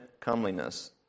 comeliness